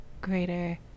greater